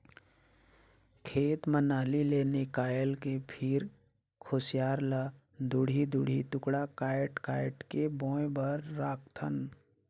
खेत म नाली ले निकायल के फिर खुसियार ल दूढ़ी दूढ़ी टुकड़ा कायट कायट के बोए बर राखथन